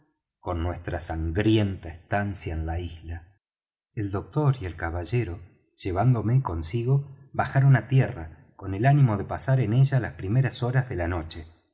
con nuestra sangrienta estancia en la isla el doctor y el caballero llevándome consigo bajaron á tierra con el ánimo de pasar en ella las primeras horas de la noche